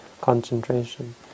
concentration